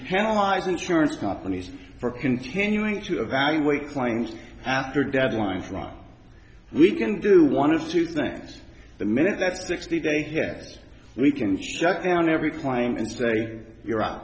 penalize insurance companies for continuing to evaluate claims after deadline for our we can do one of two things the minute that's sixty days yes we can shut down every claim and say